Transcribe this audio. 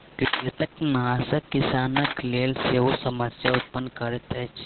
कृंतकनाशक किसानक लेल सेहो समस्या उत्पन्न करैत अछि